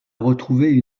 retrouver